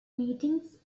meetings